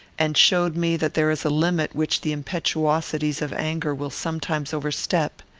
and showed me that there is a limit which the impetuosities of anger will sometimes overstep.